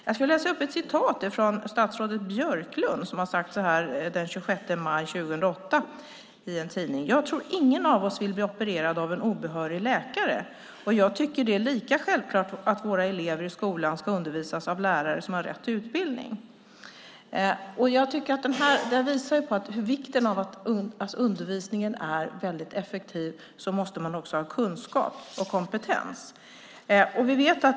Jag skulle vilja läsa upp ett citat från statsrådet Björklund ur en tidning som kom ut den 26 maj 2008: "Jag tror ingen av oss vill bli opererad av en obehörig läkare och jag tycker det är lika självklart att våra elever i skolan ska undervisas av lärare som har rätt utbildning." Detta visar vikten av att man måste ha kunskap och kompetens för att undervisningen ska bli väldigt effektiv.